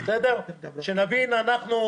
שנבין אנחנו,